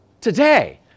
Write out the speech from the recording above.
Today